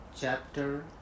Chapter